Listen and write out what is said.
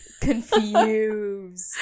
confused